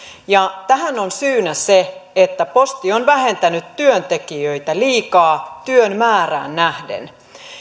tähän on syynä se että posti on vähentänyt työntekijöitä liikaa työn määrään nähden